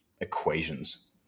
equations